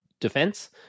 defense